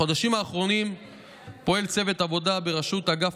בחודשים האחרונים פועל צוות עבודה בראשות אגף